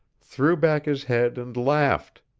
threw back his head and laughed.